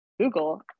Google